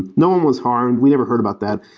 no one was harmed. we never heard about that,